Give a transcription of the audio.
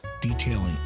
detailing